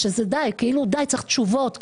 שזה די, כאילו די, צריך תשובות.